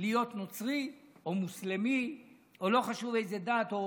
להיות נוצרי או מוסלמי או לא חשוב איזה דת, או